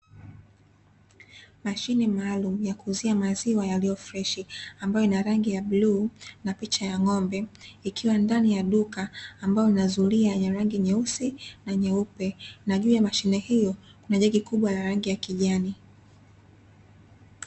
Mashine maaalumu ya kuuzia maziwa yaliyo freshi ambayo ina rangi ya blue na picha ya ng'ombe, ikiwa ndani ya duka ambalo lina zuria lenye rangi nyeusi na nyeupe na juu ya mashine hiyo kuna jagi kubwa la rangi ya kijani.